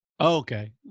okay